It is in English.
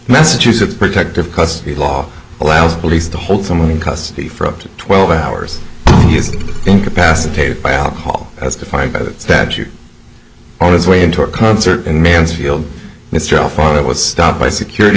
massachusetts protective custody law allows police to hold someone in custody for up to twelve hours he is incapacitated by alcohol as defined by that statute on his way in to a concert in mansfield mistral from it was stopped by security